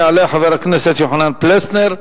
יעלה חבר הכנסת יוחנן פלסנר,